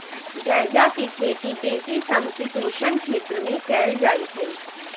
गञजा के खेती बेशी समशीतोष्ण क्षेत्र में कएल जाइ छइ